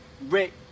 Rick